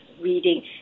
Reading